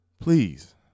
Please